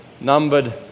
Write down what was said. numbered